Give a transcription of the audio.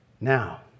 Now